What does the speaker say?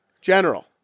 General